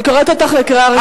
אני קוראת אותך בקריאה ראשונה,